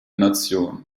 nation